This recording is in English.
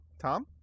Tom